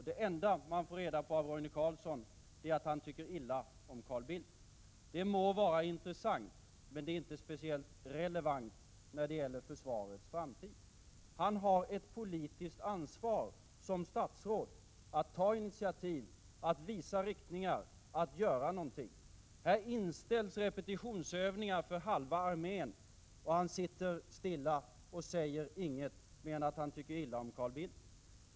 Det enda man får reda på av Roine Carlsson är att han tycker illa om Carl Bildt. Det må vara intressant, men det är inte speciellt relevant när det gäller försvarets framtid. Roine Carlsson har ett politiskt ansvar som statsråd att ta initiativ, att visa riktningar och att göra någonting. Nu inställs repetitionsövningar för halva armén, och Roine Carlsson sitter stilla och säger inget annat än att han tycker illa om Carl Bildt.